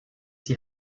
die